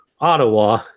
Ottawa